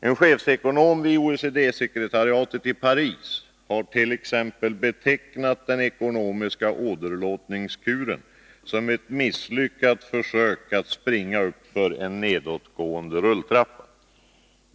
En chefsekonom vid OECD-sekretariatet i Paris har t.ex. betecknat den ekonomiska åderlåtningskuren som ett misslyckat försök att springa uppför en nedåtgående rulltrappa.